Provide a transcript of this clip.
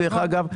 דרך אגב,